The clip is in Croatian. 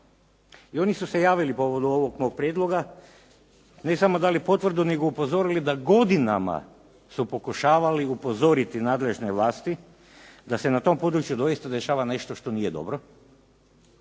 i oni su se javili povodom ovog moga prijedloga, ne samo dali potvrdu nego upozorili da godinama su pokušavali upozoriti nadležne vlasti da se na tom području doista dešava nešto što nije dobro,